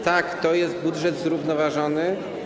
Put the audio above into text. Tak, to jest budżet zrównoważony.